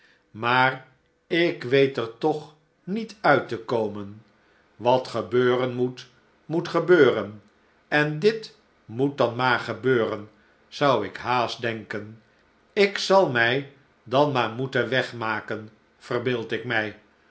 maar ik weet er toch niet uit te komen wat gebeuren moet moet gebeuren en dit moet dan maar gebeuren zou ik haast denken ik zal mij dan maar moeten wegmaken verbeeld ik mij